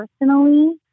personally